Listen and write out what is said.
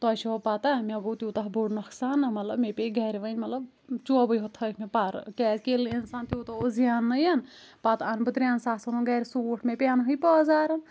تۄہہِ چھوا پتہ مےٚ ٚگوٚو تِیوٗتاہ بوٚڑ نۄقصان نہ مطلب مے پیے گَرِ وۄنۍ چوبٕے یوت تھٲیِکھ مے پَرٕ کیازکہِ ییٚلہِ نہٕ انسان تِیوٗتہ اوس زیننٕے پتہٕ انہٕ بہٕ گَرِ ترٛٮ۪ن ساسَن ہُِنٛد سوٗٹ مے پٮ۪نٕے پٲزارَ